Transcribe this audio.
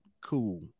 cool